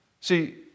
See